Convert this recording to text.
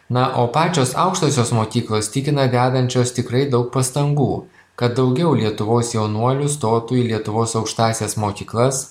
na o pačios aukštosios mokyklos tikina dedančios tikrai daug pastangų kad daugiau lietuvos jaunuolių stotų į lietuvos aukštąsias mokyklas